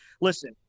listen